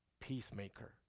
peacemaker